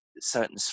certain